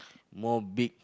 more big